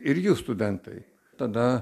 ir jų studentai tada